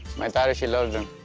my daughter, she loves them.